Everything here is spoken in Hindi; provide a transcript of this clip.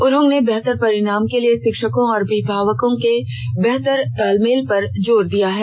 उन्होंने बेहतर परिणाम के लिए शिक्षकों और अभिभावकों के बेहतर तालमेल पर जोर दिया है